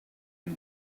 and